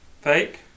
fake